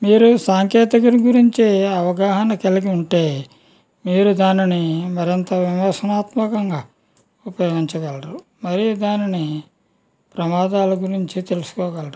మీరు సాంకేతికుల గురించి అవగాహన కలిగి ఉంటే మీరు దానిని మరింత విమర్శనాత్మకంగా ఉపయోగించగలరు మరియు దానిని ప్రమాదాల గురించి తెలుసుకోగలరు